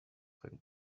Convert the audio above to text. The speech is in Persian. کنیم